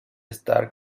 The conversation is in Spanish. estar